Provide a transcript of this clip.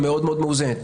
גם מאוד-מאוד מאוזנת.